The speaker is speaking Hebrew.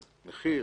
מחיר,